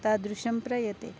तादृशं प्रयते